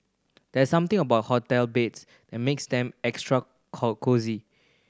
there's something about hotel beds that makes them extra cosy